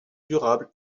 durable